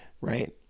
right